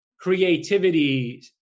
creativity